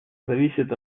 зависит